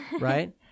right